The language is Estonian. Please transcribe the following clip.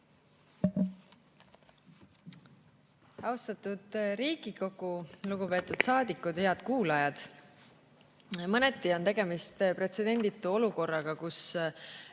Austatud Riigikogu! Lugupeetud saadikud! Head kuulajad! Mõneti on tegemist pretsedenditu olukorraga, kus